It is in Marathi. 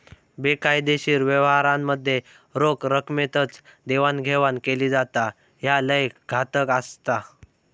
बेकायदेशीर व्यवहारांमध्ये रोख रकमेतच देवाणघेवाण केली जाता, ह्या लय घातक असता